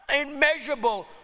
immeasurable